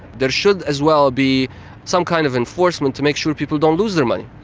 there should as well be some kind of enforcement to make sure people don't lose their money.